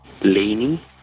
Laney